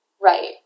Right